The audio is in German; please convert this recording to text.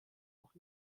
noch